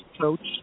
coach